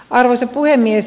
arvoisa puhemies